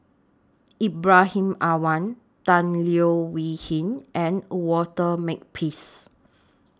Ibrahim Awang Tan Leo Wee Hin and Walter Makepeace